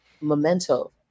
Memento